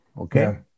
Okay